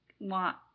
want